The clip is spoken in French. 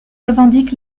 revendique